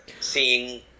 seeing